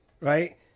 right